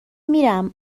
میرم